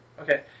Okay